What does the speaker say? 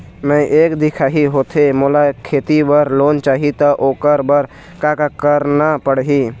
मैं एक दिखाही होथे मोला खेती बर लोन चाही त ओकर बर का का करना पड़ही?